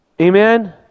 Amen